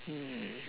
mm